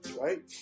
right